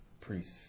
priests